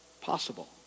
possible